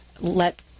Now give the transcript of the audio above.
let